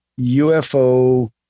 UFO